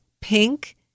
pink